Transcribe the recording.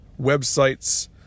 websites